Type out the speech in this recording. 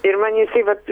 ir man jisai vat